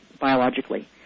biologically